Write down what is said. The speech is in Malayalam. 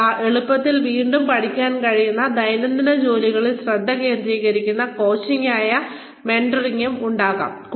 നിങ്ങൾക്ക് എളുപ്പത്തിൽ വീണ്ടും പഠിക്കാൻ കഴിയുന്ന ദൈനംദിന ജോലികളിൽ ശ്രദ്ധ കേന്ദ്രീകരിക്കുന്ന കോച്ചിംഗ് ആയ മെന്ററിംഗും ഉണ്ടാകാം